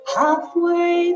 halfway